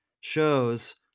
shows